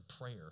prayer